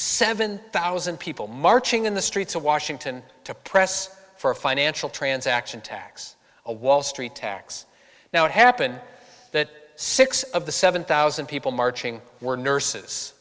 seven thousand people marching in the streets of washington to press for a financial transaction tax a wall street tax now it happened that six of the seven thousand people marching were nurses